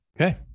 Okay